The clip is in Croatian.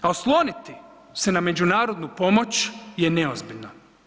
A osloniti se na međunarodnu pomoć je neozbiljno.